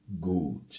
good